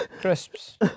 crisps